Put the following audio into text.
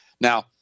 Now